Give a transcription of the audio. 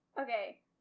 Okay